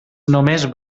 només